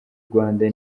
rwanda